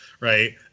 Right